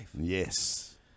Yes